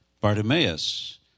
Bartimaeus